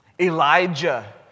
Elijah